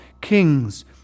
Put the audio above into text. kings